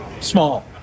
small